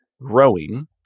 growing